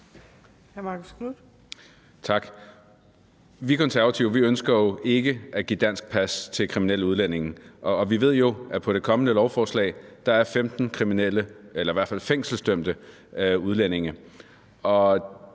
Vi Konservative ønsker jo ikke at give et dansk pas til kriminelle udlændinge, og vi ved jo, at der på det kommende lovforslag er 15 kriminelle eller